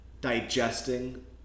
digesting